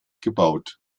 gebaut